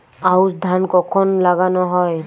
আউশ ধান কখন লাগানো হয়?